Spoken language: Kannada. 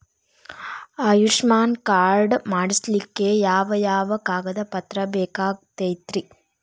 ಆಯುಷ್ಮಾನ್ ಕಾರ್ಡ್ ಮಾಡ್ಸ್ಲಿಕ್ಕೆ ಯಾವ ಯಾವ ಕಾಗದ ಪತ್ರ ಬೇಕಾಗತೈತ್ರಿ?